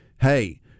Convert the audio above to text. hey